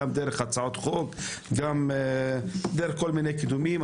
גם דרך הצעות חוק וגם דרך כל מיני קידומים.